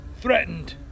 threatened